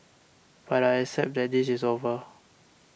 but I accept that this is over